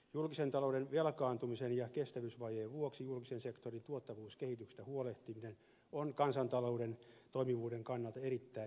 julkisen talouden velkaantumisen ja kestävyysvajeen vuoksi julkisen sektorin tuottavuuskehityksestä huolehtiminen on kansantalouden toimivuuden kannalta erittäin tärkeää